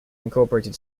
incorporated